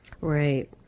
Right